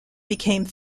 became